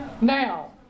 Now